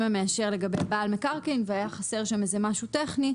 המאשר לגבי בעל מקרקעין והיה חסר שם משהו טכני,